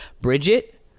Bridget